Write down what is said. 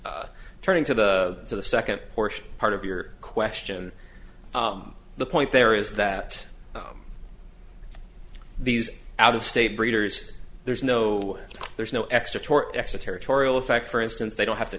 turning to the so the second portion part of your question the point there is that these out of state breeders there's no there's no extra tort extra territorial effect for instance they don't have to